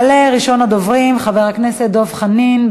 יעלה ראשון הדוברים, חבר הכנסת דב חנין.